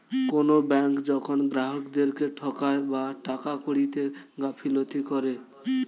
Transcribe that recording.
কোনো ব্যাঙ্ক যখন গ্রাহকদেরকে ঠকায় বা টাকা কড়িতে গাফিলতি করে